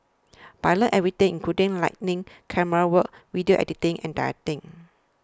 but I learnt everything including lighting camerawork video editing and directing